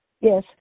Yes